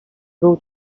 był